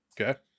Okay